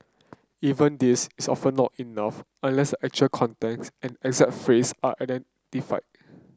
even this is often not enough unless actual context and exact phrase are identified